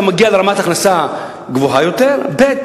כשאתה מגיע לרמת הכנסה גבוהה יותר, ב.